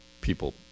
people